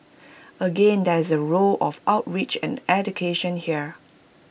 again there is A role of outreach and education here